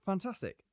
Fantastic